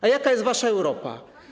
A jaka jest wasza Europa?